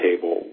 table